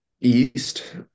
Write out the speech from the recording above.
east